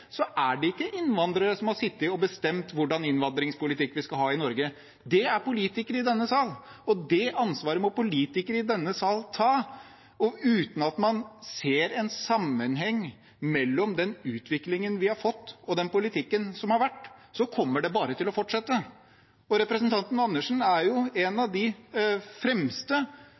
er det ikke innvandrere som har sittet og bestemt hvilken innvandringspolitikk vi skal ha i Norge. Det er politikere i denne sal, og det ansvaret må politikere i denne sal ta. Uten at man ser en sammenheng mellom den utviklingen vi har fått, og den politikken som har vært, så kommer det bare til å fortsette. Representanten Andersen er jo en av de fremste